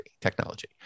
Technology